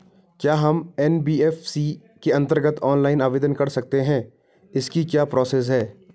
क्या हम एन.बी.एफ.सी के अन्तर्गत ऑनलाइन आवेदन कर सकते हैं इसकी क्या प्रोसेस है?